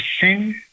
sin